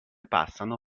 passano